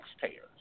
Taxpayers